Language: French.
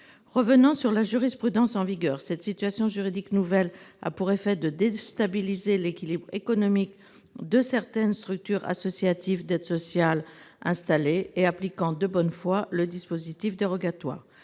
Revenant sur la jurisprudence en vigueur, cette situation juridique nouvelle a pour effet de déstabiliser l'équilibre économique de certaines structures associatives d'aide sociale installées et appliquant de bonne foi le dispositif dérogatoire.